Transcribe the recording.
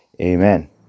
Amen